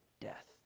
death